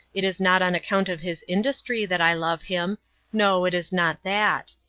it is not on account of his industry that i love him no, it is not that.